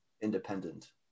independent